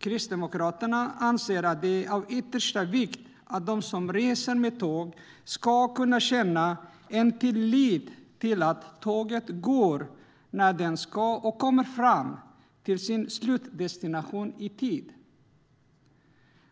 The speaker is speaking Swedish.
Kristdemokraterna anser att det är av yttersta vikt att de som reser med tåg ska kunna känna tillit till att tåget går när det ska och kommer fram till sin slutdestination i tid.